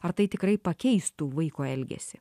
ar tai tikrai pakeistų vaiko elgesį